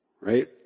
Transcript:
right